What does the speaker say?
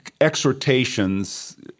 exhortations